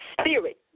spirit